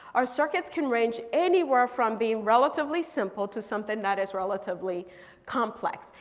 our circuits can range anywhere from being relatively simple to something that is relatively complex.